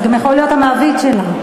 זה גם יכול להיות המעביד שלה.